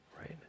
Right